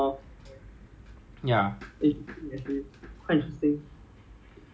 after 我 B_M_T hor then 我去我去 command school mah 我去 S_C_S mah